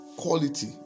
Quality